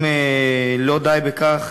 אם לא די בכך,